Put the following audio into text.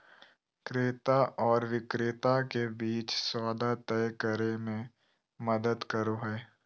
क्रेता आर विक्रेता के बीच सौदा तय करे में मदद करो हइ